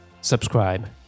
subscribe